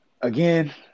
again